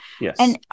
Yes